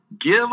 give